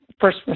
first